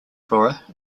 flora